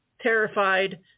terrified